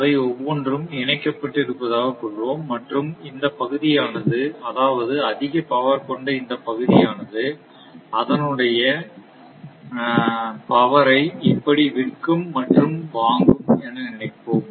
அவை ஒவ்வொன்றும் இணைக்கப்பட்டு இருப்பதாக கொள்வோம் மற்றும் இந்த பகுதியானது அதாவது அதிக பவர் கொண்ட இந்த பகுதியானது அதனுடைய அவரை இப்படி விற்கும் மற்றும் வாங்கும் என நினைப்போம்